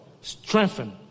Strengthen